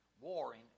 warring